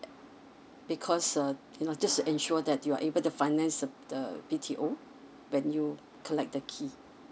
because uh you know just to ensure that you are able to finance the the B_T_O when you collect the key